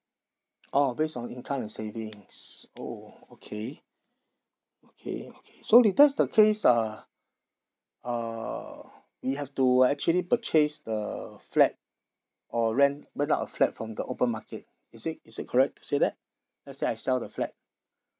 orh based on income and savings oh okay okay okay so if that's the case uh uh we have to actually purchase the flat or rent rent out a flat from the open market is it is it correct to say that as I sell the flat